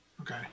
Okay